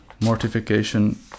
mortification